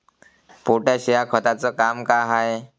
Potash या खताचं काम का हाय?